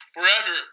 Forever